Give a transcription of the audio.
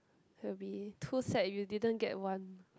will be too sad if you didn't get one